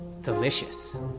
delicious